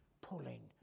pulling